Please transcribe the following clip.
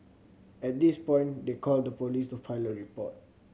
at this point they called the police to file a report